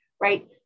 right